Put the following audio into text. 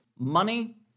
Money